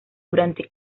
durante